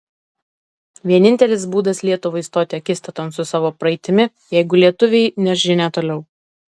vienintelis būdas lietuvai stoti akistaton su savo praeitimi jeigu lietuviai neš žinią toliau